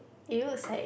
it looks like